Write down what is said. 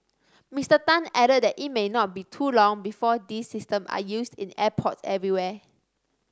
Mister Tan added that it may not be too long before these systems are used in airports everywhere